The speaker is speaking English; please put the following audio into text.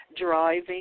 driving